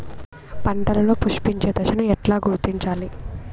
పంటలలో పుష్పించే దశను ఎట్లా గుర్తించాలి?